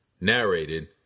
Narrated